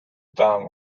dame